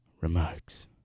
remarks